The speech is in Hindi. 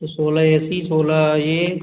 तो सोलह ए सी सोलह ये